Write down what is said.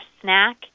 snack